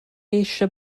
eisiau